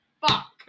Fuck